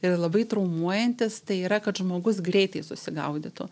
ir labai traumuojantis tai yra kad žmogus greitai susigaudytų